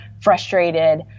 frustrated